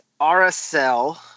RSL